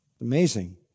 Amazing